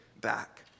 back